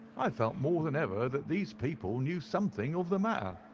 i felt more than ever that these people knew something of the matter.